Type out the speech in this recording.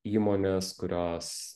įmonės kurios